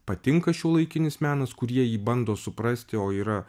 patinka šiuolaikinis menas kurie jį bando suprasti o yra